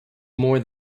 more